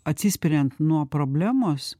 atsispiriant nuo problemos